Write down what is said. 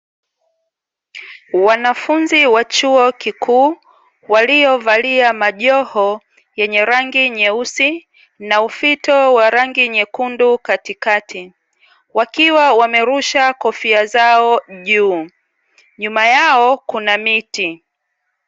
Wanafunzi wa chuo kikuu, waliovalia majoho yenye rangi nyeusi na ufito wa rangi nyekundu katikati, wakiwa wamerusha kofia zao juu, nyuma yao kuna miti.